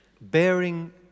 bearing